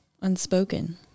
unspoken